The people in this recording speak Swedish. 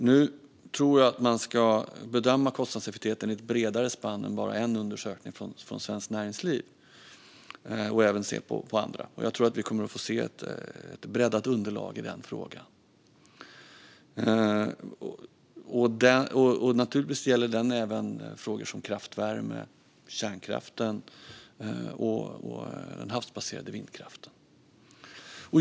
Jag tror dock att man ska bedöma kostnadseffektiviteten utifrån fler undersökningar än bara Svenskt Näringslivs. Jag tror att vi kommer att få se ett breddat underlag i denna fråga. Det gäller givetvis även kraftvärme, kärnkraft och havsbaserad vindkraft.